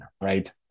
right